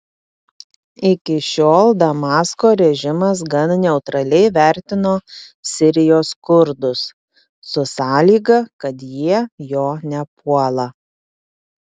iki šiol damasko režimas gan neutraliai vertino sirijos kurdus su sąlyga kad jie jo nepuola